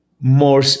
more